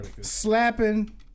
Slapping